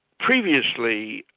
previously,